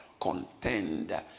Contend